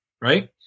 right